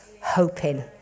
hoping